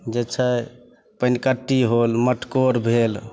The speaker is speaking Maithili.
जे छै पनिकट्टी होल मटकोर भेल